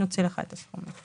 נוציא לך את הסכומים.